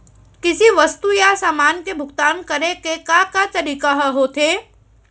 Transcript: किसी वस्तु या समान के भुगतान करे के का का तरीका ह होथे?